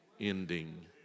ending